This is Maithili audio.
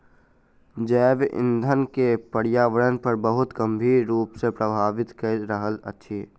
जैव ईंधन के पर्यावरण पर बहुत गंभीर रूप सॅ प्रभावित कय रहल अछि